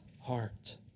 heart